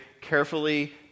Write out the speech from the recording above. carefully